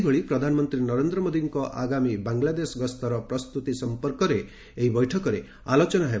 ସେହିଭଳି ପ୍ରଧାନମନ୍ତ୍ରୀ ନରେନ୍ଦ୍ର ମୋଦିଙ୍କର ଆଗାମୀ ବାଂଲାଦେଶ ଗସ୍ତର ପ୍ରସ୍ତୁତି ସମ୍ପର୍କରେ ଏହି ବୈଠକରେ ଆଲୋଚନା ହେବ